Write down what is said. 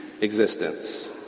existence